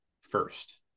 first